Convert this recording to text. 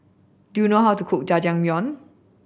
do you know how to cook Jajangmyeon